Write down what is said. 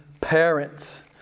parents